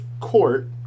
court